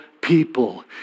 people